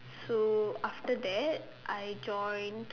so after that I joined